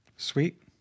sweet